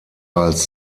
als